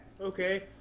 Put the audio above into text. Okay